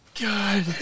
God